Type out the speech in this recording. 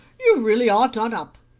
you really are done up.